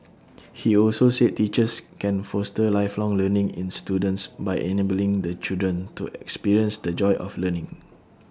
he also said teachers can foster lifelong learning in students by enabling the children to experience the joy of learning